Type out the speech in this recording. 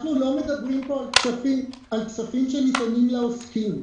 אנחנו לא מדברים פה על כספים שניתנים לעוסקים.